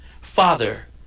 Father